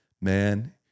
man